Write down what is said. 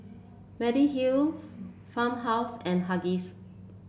Mediheal Farmhouse and Huggies